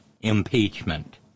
impeachment